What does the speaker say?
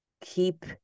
Keep